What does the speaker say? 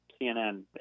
CNN